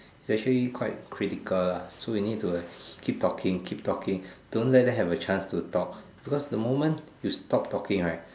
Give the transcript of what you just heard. especially quite critical lah so you need to like keep talking keep talking don't let them have a chance to talk because the moment you stop talking right